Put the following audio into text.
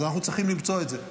אז אנחנו צריכים למצוא את זה.